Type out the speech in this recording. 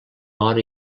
hora